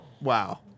Wow